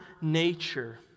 nature